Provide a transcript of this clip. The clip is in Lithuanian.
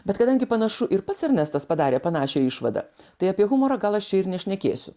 bet kadangi panašu ir pats ernestas padarė panašią išvadą tai apie humorą gal aš čia ir nešnekėsiu